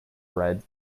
bread